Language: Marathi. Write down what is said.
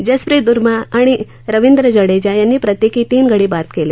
जसप्रीत बुमराह आणि रवींद्र जडेजा यांनी प्रत्येकी तीन गडी बाद केले